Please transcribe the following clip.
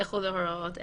יחולו הוראות אלה: